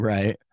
Right